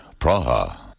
Praha